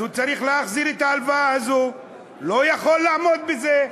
אז הוא צריך להחזיר את ההלוואה הזאת ולא יכול לעמוד בזה.